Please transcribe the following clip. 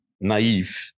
naive